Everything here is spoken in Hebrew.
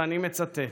ואני מצטט: